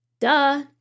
duh